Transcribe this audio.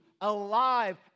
alive